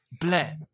Bleh